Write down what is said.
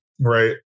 right